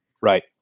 right